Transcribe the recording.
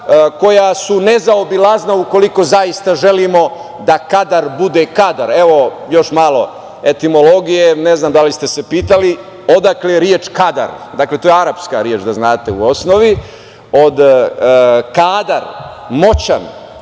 koja su nezaobilazna ukoliko zaista želimo da kadar bude kadar. Evo, još malo etimologije, ne znam da li ste se pitali, odakle reč – kadar. Dakle, to je arapska reč da znate u osnovi, od kadar, moćan,